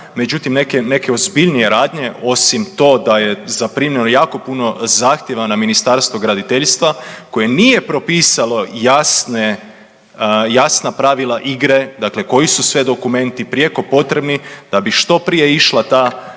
Međutim, neke ozbiljnije radnje osim to da je zaprimljeno jako puno zahtjeva na Ministarstvo graditeljstva koje nije propisalo jasna pravila igre, dakle koji su sve dokumenti prijeko potrebni da bi što prije išli ti